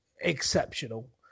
exceptional